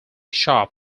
shop